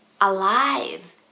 alive